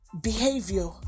behavior